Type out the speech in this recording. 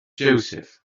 joseph